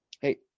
hey